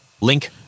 Link